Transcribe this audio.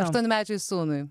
aštuonmečiui sūnui